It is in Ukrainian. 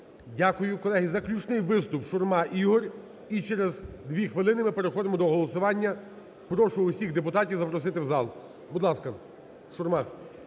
Дякую. Колеги, заключний виступ Шурма Ігор. І через 2 хвилини ми переходимо до голосування. Прошу всіх депутатів запросити в зал. 11:54:00 ШУРМА